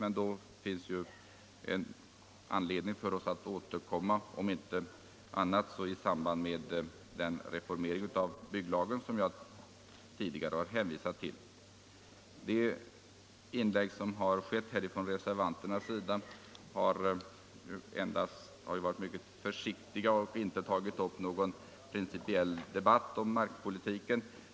Det finns anledning för oss att återkomma, om inte annat så i samband med den reformering av byggnadslagen som jag tidigare hänvisat till. De inlägg som reservanterna här gjort har varit mycket försiktiga, och de har inte tagit upp någon principiell debatt om markpolitiken.